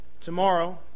tomorrow